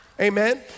amen